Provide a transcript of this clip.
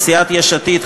מסיעת יש עתיד,